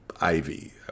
ivy